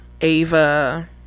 ava